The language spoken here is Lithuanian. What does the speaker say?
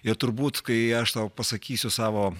ir turbūt kai aš tau pasakysiu savo